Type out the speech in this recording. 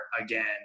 again